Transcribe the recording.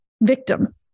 victim